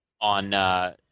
on